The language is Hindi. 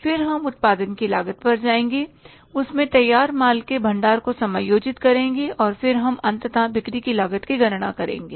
फिर हम उत्पाद की लागत पर जाएंगे उसमें तैयार माल के भंडार को समायोजित करेंगे और फिर हम अंततः बिक्री की लागत की गणना करेंगे